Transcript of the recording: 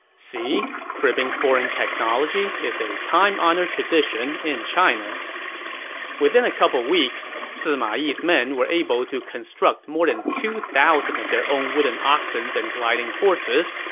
see, cribbing foreign technology is a time-honored tradition in china within a couple weeks, sima yi's men were able to construct more than two thousand of their own wooden oxens and gliding horses,